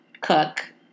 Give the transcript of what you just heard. cook